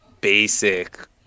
basic